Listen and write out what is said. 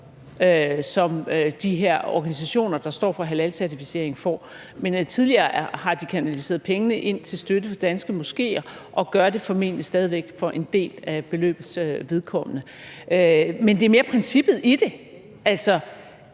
som de her organisationer, der står for halalcertificering, får, men tidligere har de kanaliseret pengene ind til støtte af danske moskéer og gør det for en del af beløbets vedkommende formentlig stadig væk. Men det er mere princippet i det,